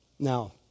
Now